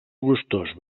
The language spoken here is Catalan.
gustós